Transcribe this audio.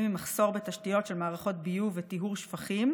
ממחסור בתשתיות של מערכות ביוב וטיהור שפכים,